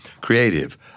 creative